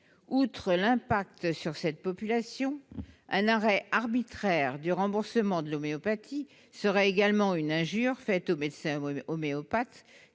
Outre son impact sur cette population, un arrêt arbitraire du remboursement de l'homéopathie serait une injure faite aux médecins homéopathes,